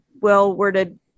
well-worded